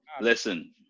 Listen